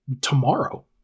tomorrow